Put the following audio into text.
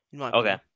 Okay